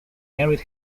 married